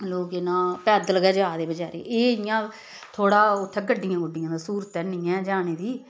लोक केह् नांऽ पैदल गै जा दे बेचारे एह् इ'यां थोह्ड़ा उत्थै गड्डियां गुड्डियां दा स्हूलत ऐ नी ऐ जाने दी